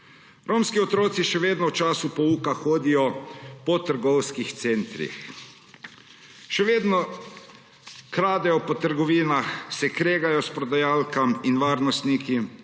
Romski otroci še vedno v času pouka hodijo po trgovskih centrih. Še vedno kradejo po trgovinah, se kregajo s prodajalkami in varnostniki,